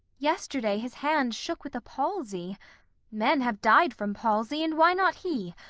yesterday his hand shook with a palsy men have died from palsy, and why not he?